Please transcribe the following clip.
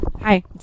Hi